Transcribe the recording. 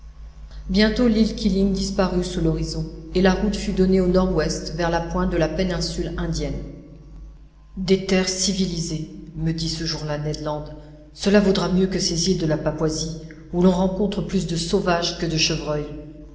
bientôt l'île keeling disparut sous l'horizon et la route fut donnée au nord-ouest vers la pointe de la péninsule indienne des terres civilisées me dit ce jour-là ned land cela vaudra mieux que ces îles de la papouasie où l'on rencontre plus de sauvages que de chevreuils